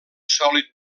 sòlid